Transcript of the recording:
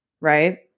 right